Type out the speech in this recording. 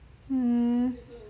hmm